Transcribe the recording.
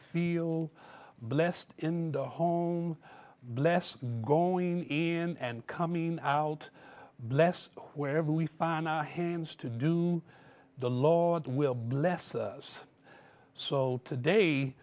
feel blessed in the home bless growing and coming out blessed wherever we find our hands to do the lord will bless us so today